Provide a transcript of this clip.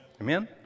Amen